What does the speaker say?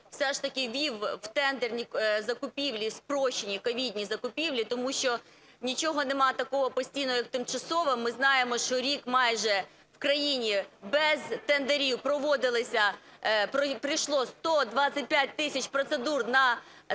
все ж таки ввів у тендерні закупівлі спрощені ковідні закупівлі, тому що нічого немає такого постійного, як тимчасове. Ми знаємо, що рік майже в країні без тендерів проводилися… пройшло 125 тисяч процедур на 35